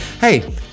Hey